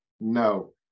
no